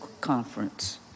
conference